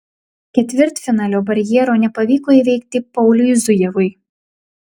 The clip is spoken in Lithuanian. ketvirtfinalio barjero nepavyko įveikti pauliui zujevui